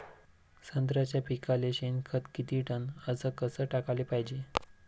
संत्र्याच्या पिकाले शेनखत किती टन अस कस टाकाले पायजे?